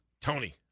Tony